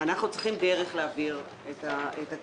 אנחנו צריכים להעביר את הכסף.